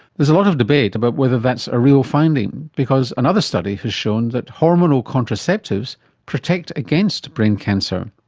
there's a lot of debate about whether that's a real finding because another study has shown that hormonal contraceptives protect against brain cancer.